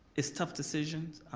it's tough decisions.